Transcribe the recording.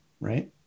right